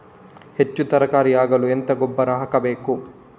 ಹೆಚ್ಚು ತರಕಾರಿ ಆಗಲು ಎಂತ ಗೊಬ್ಬರ ಹಾಕಬೇಕು?